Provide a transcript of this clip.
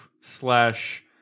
slash